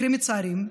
מקרים מצערים,